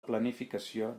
planificació